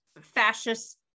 fascist